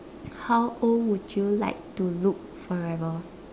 how old would you like to look forever